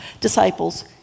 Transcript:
disciples